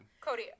Cody